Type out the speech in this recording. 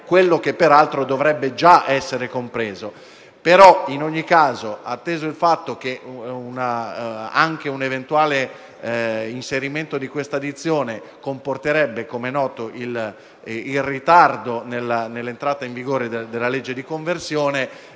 quello che peraltro dovrebbe già essere compreso. In ogni caso, atteso il fatto che anche un eventuale inserimento di questa dizione comporterebbe - com'è noto - il ritardo nell'entrata in vigore della legge di conversione,